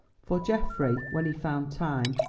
for geoffrey, when he found time,